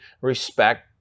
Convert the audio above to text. respect